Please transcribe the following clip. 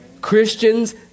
Christians